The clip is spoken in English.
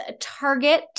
Target